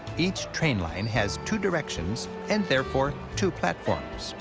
each train line has two directions and therefore two platforms.